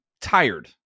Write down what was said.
tired